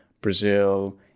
Brazil